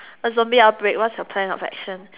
a zombie outbreak what's your plan of action